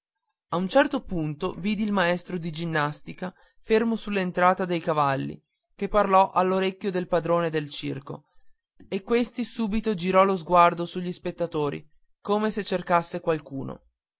a un certo punto vidi il maestro di ginnastica fermo all'entrata dei cavalli che parlò nell'orecchio del padrone del circo e questi subito girò lo sguardo sugli spettatori come se cercasse qualcuno